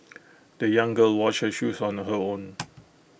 the young girl washed her shoes on her own